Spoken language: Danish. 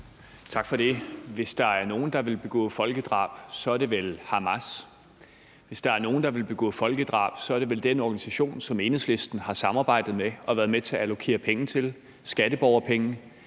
Tak for det. Hvis der er nogen, der vil begå folkedrab, så er det vel Hamas. Hvis der er nogen, der vil begå folkedrab, så er det vel den organisation, som Enhedslisten har samarbejdet med og været med til at allokere penge til, skatteborgerpenge,